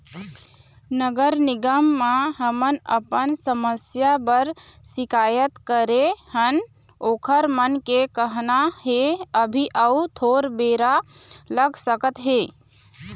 नगर निगम म हमन अपन समस्या बर सिकायत करे हन ओखर मन के कहना हे अभी अउ थोर बेरा लग सकत हे